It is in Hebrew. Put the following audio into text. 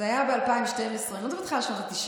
זה היה ב-2012, אני לא מדברת איתך על שנות התשעים.